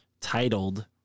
titled